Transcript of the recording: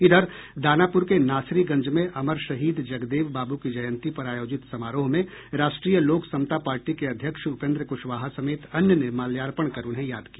इधर दानापुर के नासरीगंज में अमर शहीद जगदेव बाबू की जयंती पर आयोजित समारोह में राष्ट्रीय लोक समता पार्टी के अध्यक्ष उपेंद्र कुशवाहा समेत अन्य ने माल्यार्पण कर उन्हें याद किया